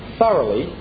thoroughly